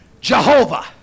Jehovah